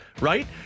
right